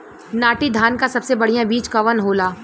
नाटी धान क सबसे बढ़िया बीज कवन होला?